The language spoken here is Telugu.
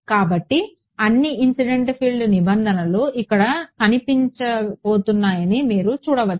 కాబట్టి అన్ని ఇన్సిడెంట్ ఫీల్డ్ నిబంధనలు ఇక్కడ కనిపించబోతున్నాయని మీరు చూడవచ్చు